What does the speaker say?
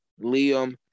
Liam